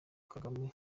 kagame